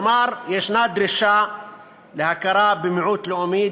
כלומר, יש דרישה להכרה במיעוט לאומי.